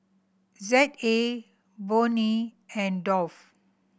Z A Burnie and Dove